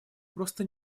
просто